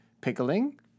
pickling